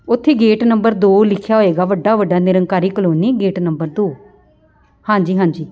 ਉੱਥੇ gate number ਦੋ ਲਿਖਿਆ ਹੋਏਗਾ ਵੱਡਾ ਵੱਡਾ ਨਿਰੰਕਾਰੀ ਕਲੋਨੀ ਗੇਟ ਨੰਬਰ ਦੋ ਹਾਂਜੀ ਹਾਂਜੀ